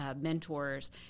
mentors